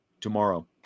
tomorrow